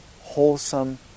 wholesome